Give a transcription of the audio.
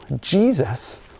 Jesus